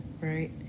Right